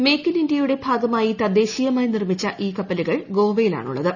make in ഇന്തൃയുടെ ഭാഗമായി തദ്ദേശീയമായി നിർമ്മിച്ച ഈ കപ്പലുകൾ ഗോവയിലാണ് ഉള്ളത്